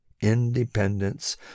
independence